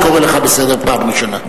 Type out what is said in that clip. אני קורא אותך לסדר פעם ראשונה.